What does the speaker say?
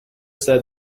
said